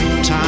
time